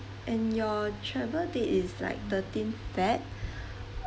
and your travel date is like thirteen feb